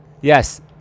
yes